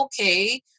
okay